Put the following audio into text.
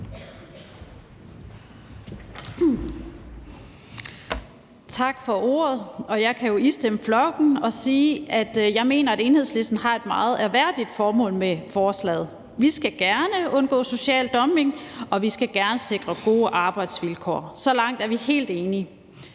Tak for ordet. Jeg kan jo istemme med at sige, at jeg mener, at Enhedslisten har et meget ærværdigt formål med forslaget. Vi skal gerne undgå social dumping, og vi skal gerne sikre gode arbejdsvilkår. Så langt er vi helt enige.